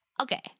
Okay